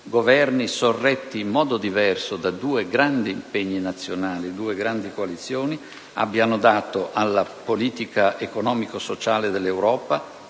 sorretti in modo diverso da due grandi impegni nazionali, da due grandi coalizioni, avranno dato alla politica economico-sociale dell'Europa,